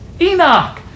Enoch